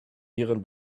ihren